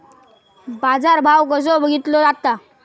बाजार भाव कसो बघीतलो जाता?